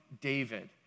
David